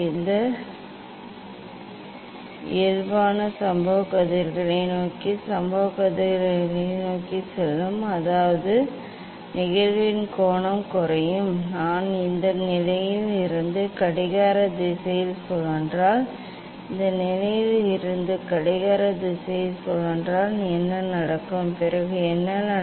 இந்த இயல்பானது சம்பவ கதிர்களை நோக்கி சம்பவ கதிர்களை நோக்கி செல்லும் அதாவது நிகழ்வின் கோணம் குறையும் நான் இந்த நிலையில் இருந்து கடிகார திசையில் சுழன்றால் இந்த நிலையில் இருந்து கடிகார திசையில் சுழன்றால் என்ன நடக்கும் பிறகு என்ன நடக்கும்